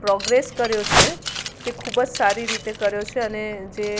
progress કર્યો છે તે ખૂબ જ સારી રીતે કર્યો છે અને જે